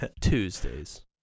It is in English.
Tuesdays